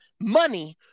money